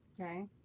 Okay